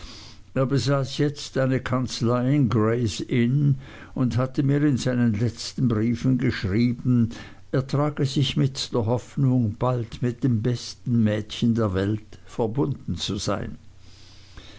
jetzt eine kanzlei in grays inn und hatte mir in seinen letzten briefen geschrieben er trage sich mit der hoffnung bald mit dem besten mädchen der welt verbunden zu sein